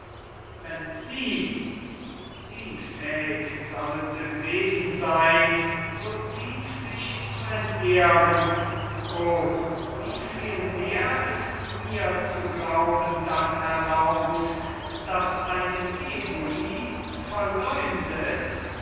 wenn sie sie fähig sollte gewesen sein so tief sich zu entehren o wieviel mehr ist mir zu glauben dann erlaubt daß eine eboli verleumdet